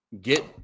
get